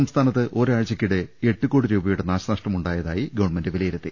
സംസ്ഥാനത്ത് ഒരാഴ്ചക്കിടെ എട്ടുകോടി രൂപ യുടെ നാശനഷ്ടം ഉണ്ടായതായി ഗവൺമെന്റ് വിലയി രുത്തി